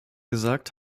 gesagt